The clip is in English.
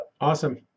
awesome